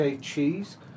cheese